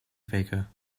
faker